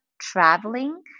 traveling